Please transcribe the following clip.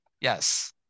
Yes